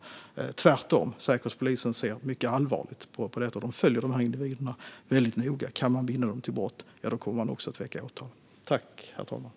Det är tvärtom. Säkerhetspolisen ser mycket allvarligt på dessa frågor, och de följer individerna noga. Om de kan bindas till brott kommer också åtal att väckas.